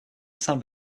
saint